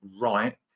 right